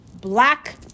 Black